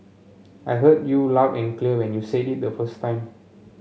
I heard you love and clear when you said it the first time